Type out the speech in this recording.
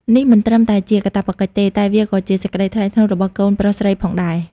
នេះមិនត្រឹមតែជាកាតព្វកិច្ចទេ តែវាក៏ជាសេចក្តីថ្លៃថ្នូររបស់កូនប្រុសស្រីផងដែរ។